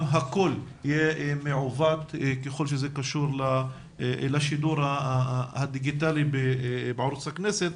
הקול יהיה מעוות ככל שזה קשור לשידור הדיגיטלי בערוץ הכנסת.